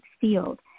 field